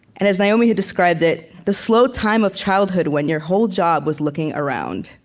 and as naomi had described it, the slow time of childhood, when your whole job was looking around.